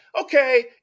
okay